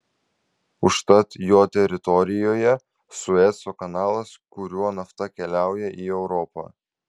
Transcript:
užtat jo teritorijoje sueco kanalas kuriuo nafta keliauja į europą